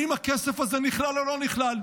האם הכסף הזה נכלל או לא נכלל?